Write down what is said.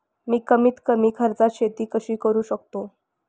मी कमीत कमी खर्चात शेती कशी करू शकतो?